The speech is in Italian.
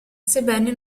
sebbene